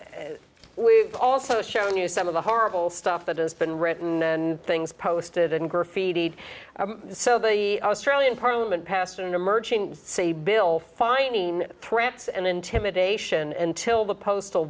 now we've also shown you some of the horrible stuff that has been written and things posted and graffitied so the australian parliament passed an emerging say bill fining threats and intimidation and till the postal